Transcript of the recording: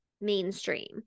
mainstream